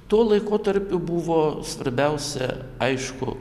tuo laikotarpiu buvo svarbiausia aišku